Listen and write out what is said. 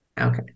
Okay